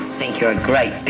think you're a great